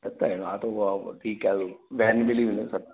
सत आहिनि हा त ठीकु आहे वेन मिली वेंदव